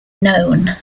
known